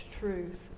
truth